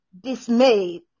dismayed